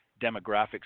demographics